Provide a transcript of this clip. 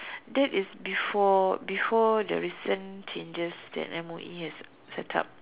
that is before before the recent changes that M_O_E has set up